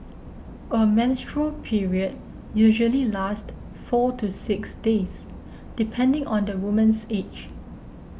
a menstrual period usually lasts four to six days depending on the woman's age